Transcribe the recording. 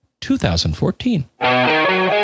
2014